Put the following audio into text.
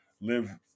live